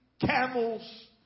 camels